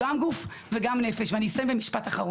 גם צה"ל עושה את זה, בקמפיין שהוא עושה